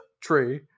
tree